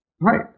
Right